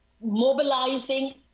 mobilizing